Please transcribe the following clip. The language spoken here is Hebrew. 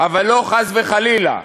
אבל לא, חס וחלילה,